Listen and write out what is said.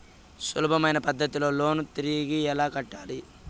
సులభమైన పద్ధతిలో లోను తిరిగి ఎలా కట్టాలి